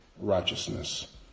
righteousness